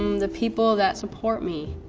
um the people that support me,